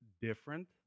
different